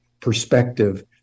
perspective